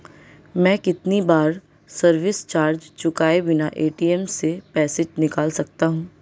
मैं कितनी बार सर्विस चार्ज चुकाए बिना ए.टी.एम से पैसे निकाल सकता हूं?